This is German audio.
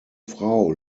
frau